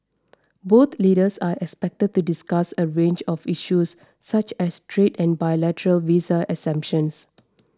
both leaders are expected to discuss a range of issues such as trade and bilateral visa exemptions